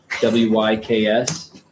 W-Y-K-S